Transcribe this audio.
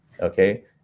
Okay